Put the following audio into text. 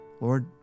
Lord